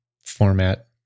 format